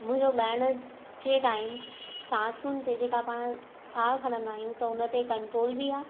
मुंहिंजो ॻाइण जे टाईम सांसुनि ते जेका पाण साहु खणंदा आहियूं त उन ते कंट्रोल बि आहे